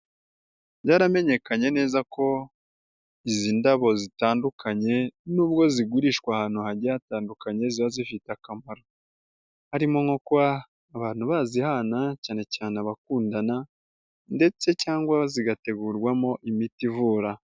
Byaramenyekanye neza ko izi ndabo zitandukanye n'ubwo zigurishwa ahantu hagiye hatandukanye. Ziba zifite akamaro harimo nko kuba abantu bazihana cyane cyane abakundana ndetse cyangwa zigategurwamo imiti ivura.